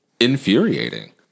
infuriating